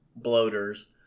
bloaters